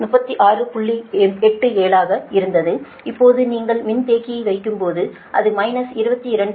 87 ஆக இருந்தது இப்போது நீங்கள் மின்தேக்கியை வைக்கும் போது அது மைனஸ் 22